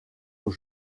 aux